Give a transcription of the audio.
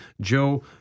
Joe